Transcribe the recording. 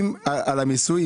על המיסוי,